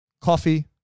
coffee